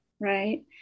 Right